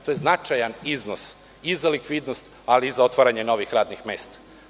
To je značajan iznos, i za likvidnost, ali i za otvaranje novih radnih mesta.